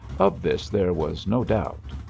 of this there was no doubt.